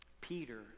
Peter